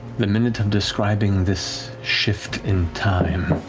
the minute of describing this shift in time,